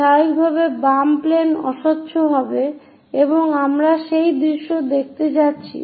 স্বাভাবিকভাবেই বাম প্লেন অস্বচ্ছ হবে এবং আমরা সেই দৃশ্য দেখতে যাচ্ছি